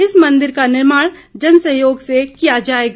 इस मंदिर का निर्माण जन सहयोग से किया जाएगा